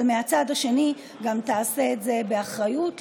אבל מהצד השני גם תעשה את זה באחריות,